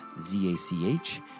Z-A-C-H